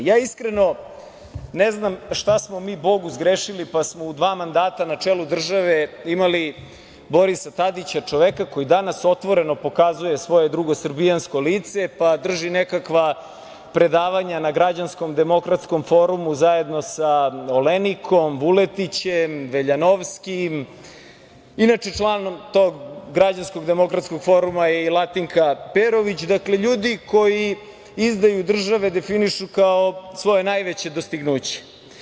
Iskreno, ne znam šta smo mi Bogu zgrešili pa smo u dva mandata na čelu države imali Borisa Tadića, čoveka koji danas otvoreno pokazuje svoje drugosrbijansko lice, pa drži nekakva predavanja na Građanskom demokratskom forumu zajedno sa Olenikom, Vuletićem, Veljanovskim, inače, član tog Građanskog demokratskog foruma je i Latinka Perović, dakle, ljudi koji izdaju države definišu kao svoje najveće dostignuće.